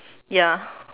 ya